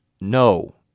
No